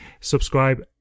Subscribe